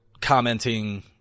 commenting